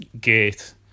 gate